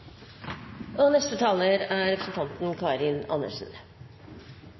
briller. Neste taler er representanten